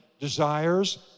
desires